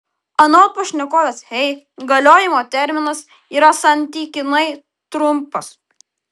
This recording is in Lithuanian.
anot pašnekovės hey galiojimo terminas yra santykinai trumpas